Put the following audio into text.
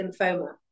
lymphoma